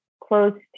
close